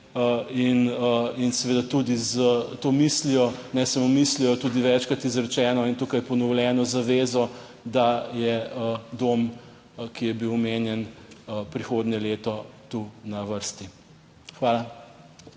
in seveda tudi s to mislijo, ne samo mislijo, tudi večkrat izrečeno in tukaj ponovljeno zavezo, da je dom, ki je bil omenjen, prihodnje leto tu na vrsti. Hvala.